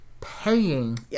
paying